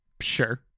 sure